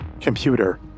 Computer